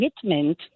commitment